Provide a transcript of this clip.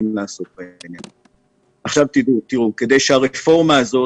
כדי שהרפורמה הזאת